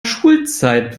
schulzeit